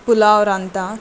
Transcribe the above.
पुलाव रांदतां